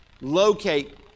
locate